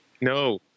No